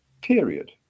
period